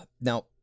Now